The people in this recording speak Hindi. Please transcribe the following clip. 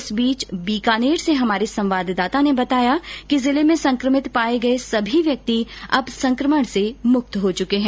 इस बीच बीकानेर से हमारे संवाददाता ने बताया कि जिले में संक्रमित पाये गए सभी व्यक्ति अब संक्रमण मक्त हो चुके है